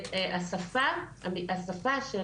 והשפה של